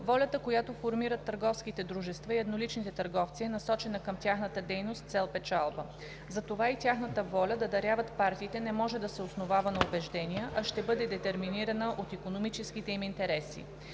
Волята, която формират търговските дружества и едноличните търговци, е насочена към тяхната дейност с цел печалба. Затова и тяхната воля да даряват партиите не може да се основава на убеждения, а ще бъде детерминирана от икономическите им интереси.